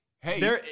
hey